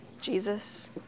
Jesus